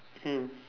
mm